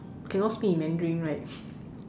cannot speak in mandarin right